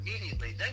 immediately